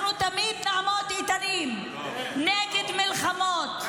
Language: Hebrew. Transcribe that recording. אנחנו תמיד נעמוד איתנים נגד מלחמות,